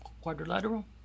Quadrilateral